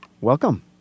welcome